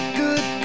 good